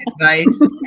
advice